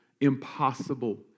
impossible